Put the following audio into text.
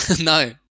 No